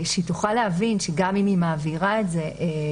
שהיא תבין שגם אם היא מעבירה את זה,